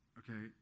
okay